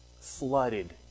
flooded